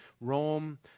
Rome